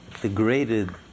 degraded